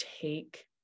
take